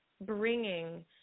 bringing